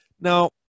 Now